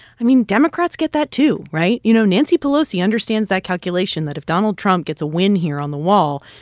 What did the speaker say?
i mean, democrats get that, too, right? you know, nancy pelosi understands that calculation that if donald trump gets a win here on the wall,